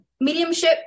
mediumship